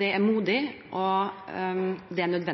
Det som representanten Raja har gjort, er modig og nødvendig. Jeg tror det er